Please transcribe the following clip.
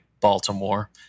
Baltimore